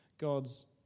God's